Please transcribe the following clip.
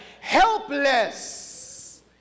helpless